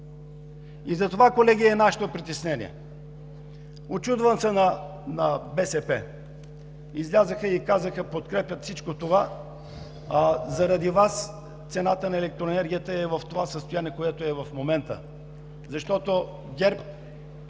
За това, колеги, е нашето притеснение. Учудвам се на БСП! Излязоха и казаха, подкрепят всичко това, а заради Вас цената на електроенергията е в това състояние, което е в момента, защото ГЕРБ,